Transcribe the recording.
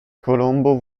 colombo